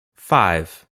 five